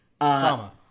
Drama